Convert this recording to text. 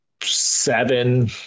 seven